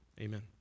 amen